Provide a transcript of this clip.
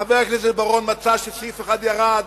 חבר הכנסת בר-און מצא שסעיף אחד ירד,